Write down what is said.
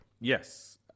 yes